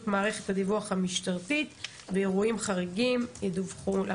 מערכת הדיווח המשטרתי ואירועים חריגים ידווחו.